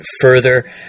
further